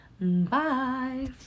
Bye